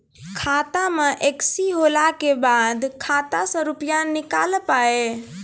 खाता मे एकशी होला के बाद खाता से रुपिया ने निकल पाए?